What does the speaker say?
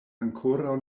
ankoraŭ